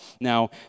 Now